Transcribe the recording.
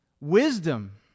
Wisdom